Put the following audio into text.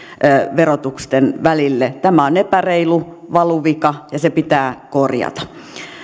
verotuksen välille tämä on epäreilu valuvika ja se pitää korjata